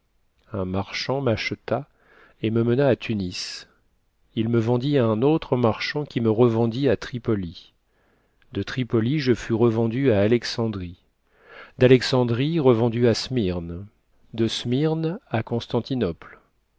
un marchand m'acheta et me mena à tunis il me vendit à un autre marchand qui me revendit à tripoli de tripoli je fus revendue à alexandrie d'alexandrie revendue à smyrne de smyrne à constantinople